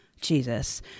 Jesus